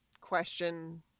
question